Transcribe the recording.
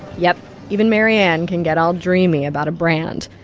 yeah even maryann can get all dreamy about a brand.